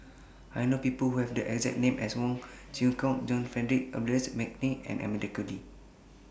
I know People Who Have The exact name as Wong Kwei Cheong John Frederick Adolphus Mcnair and Amanda Koe Lee